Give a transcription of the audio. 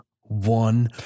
one